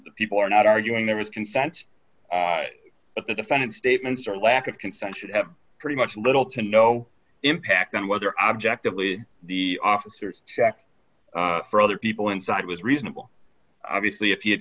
people are not arguing there was consent the defendant's statements or lack of consent should have pretty much little to no impact on whether objectively the officers to check for other people inside was reasonable obviously if you